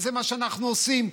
וזה מה שאנחנו עושים.